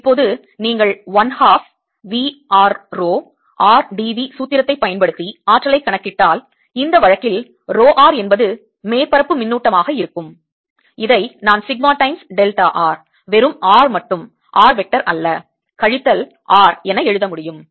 இப்போது நீங்கள் 1 half V r rho r dV சூத்திரத்தைப் பயன்படுத்தி ஆற்றலைக் கணக்கிட்டால் இந்த வழக்கில் rho r என்பது மேற்பரப்பு மின்னூட்டமாக இருக்கும் இதை நான் சிக்மா டைம்ஸ் டெல்டா r வெறும் r மட்டும் r வெக்டர் அல்ல கழித்தல் R என எழுத முடியும்